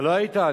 לא הייתי.